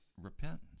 repentance